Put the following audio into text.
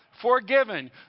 forgiven